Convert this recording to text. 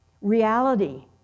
reality